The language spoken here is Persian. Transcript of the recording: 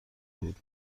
بود